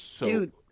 Dude